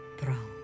throne